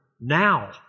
now